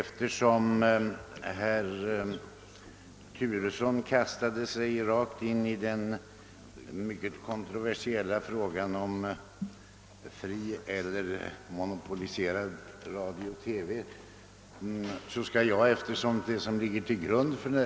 Herr talman! Till grund för statsutskottets utlåtande nr 98 ligger bl.a. propositionen nr 50, som handlar om färgtelevisionen och tidpunkten för dess införande.